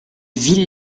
villes